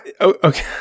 okay